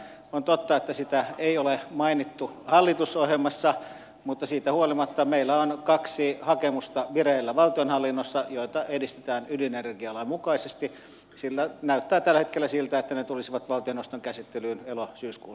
on totta että sitä ei ole mainittu hallitusohjelmassa mutta siitä huolimatta meillä on valtionhallinnossa vireillä kaksi hakemusta joita edistetään ydinenergialain mukaisesti sillä näyttää tällä hetkellä siltä että ne tulisivat valtioneuvoston käsittelyyn elosyyskuun taitteessa